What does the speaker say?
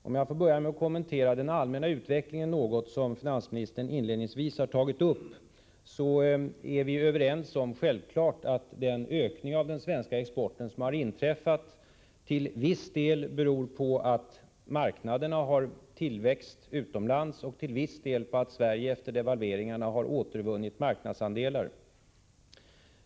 Om jag får börja med att något kommentera den allmänna utvecklingen, som finansministern inledningsvis tog upp, vill jag säga att vi självfallet är överens om att den ökning av den svenska exporten som har skett till viss del beror på att marknaderna utomlands har tillväxt och till viss del på att Sverige efter devalveringarna har återvunnit marknadsandelar.